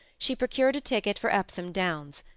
she procured a ticket for epsom downs,